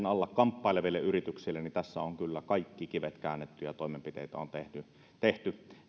alla kamppaileville yrityksille kaikki kivet käännetty ja toimenpiteitä on tehty tehty